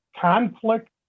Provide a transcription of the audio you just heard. conflict